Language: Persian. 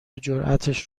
جراتش